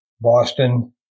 Boston